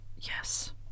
Yes